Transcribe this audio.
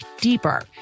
deeper